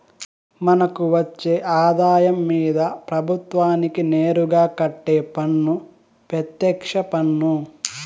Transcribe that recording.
మనకు వచ్చే ఆదాయం మీద ప్రభుత్వానికి నేరుగా కట్టే పన్ను పెత్యక్ష పన్ను